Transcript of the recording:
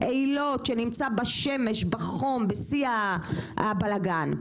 איילות שנמצא בשמש בחום בשיא הבלגן,